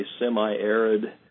semi-arid